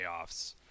payoffs